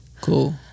Cool